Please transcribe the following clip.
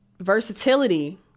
versatility